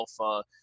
alpha